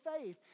faith